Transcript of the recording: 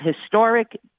historic